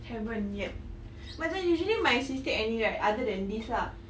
haven't yet macam usually my cystic acne right other than this lah